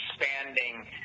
expanding